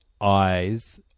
eyes